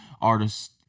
artists